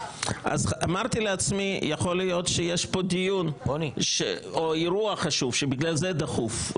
אמרתי לעצמי: יכול להיות שיש פה דיון או אירוע חשוב שבגללו זה דחוף.